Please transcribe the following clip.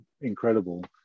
incredible